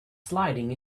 sliding